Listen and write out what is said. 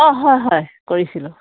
অঁ হয় হয় কৰিছিলোঁ